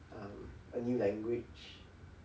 um a new language